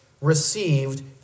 received